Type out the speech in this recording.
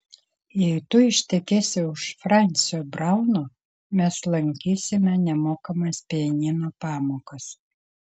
jei tu ištekėsi už francio brauno mes lankysime nemokamas pianino pamokas